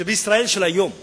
כאשר בישראל של היום יש,